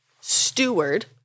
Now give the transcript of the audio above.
steward